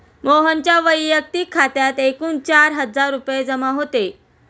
मोहनच्या वैयक्तिक खात्यात एकूण चार हजार रुपये जमा होते